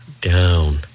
down